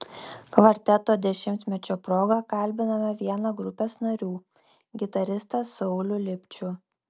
kvarteto dešimtmečio proga kalbiname vieną grupės narių gitaristą saulių lipčių